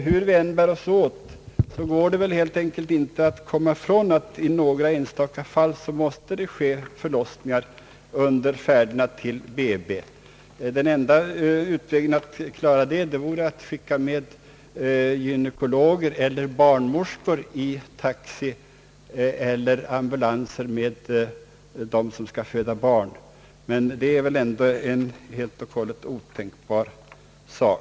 Hur vi bär oss åt går det helt enkelt inte att komma ifrån att det i enstaka fall måste ske förlossningar under färderna till BB. Enda utvägen att klara det vore att skicka med gynekologer eller barnmorskor i taxi eller ambulanser med dem som skall föda barn, men det är väl ändå en helt och hållet otänkbar sak.